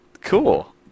cool